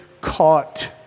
caught